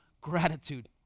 gratitude